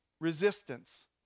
Resistance